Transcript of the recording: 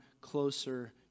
closer